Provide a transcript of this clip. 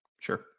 Sure